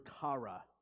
Kara